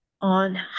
on